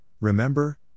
remember